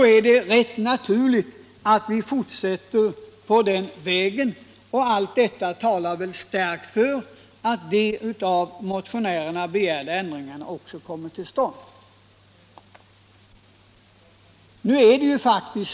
Det är rätt självklart att vi fortsätter på den vägen, och allt talar starkt för att de av motionärerna begärda ändringarna kommer till stånd.